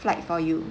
flight for you